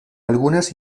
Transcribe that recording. algunas